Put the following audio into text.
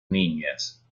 niñas